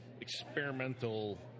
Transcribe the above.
experimental